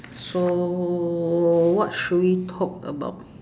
so what should we talk about